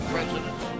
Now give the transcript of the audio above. President